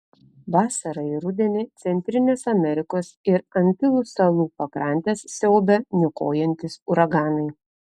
vasarą ir rudenį centrinės amerikos ir antilų salų pakrantes siaubia niokojantys uraganai